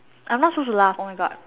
I'm not supposed to laugh oh my God